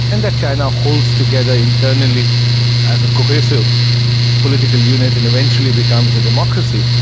and that china holds together internally as a cohesive political unit and eventually becomes a democracy.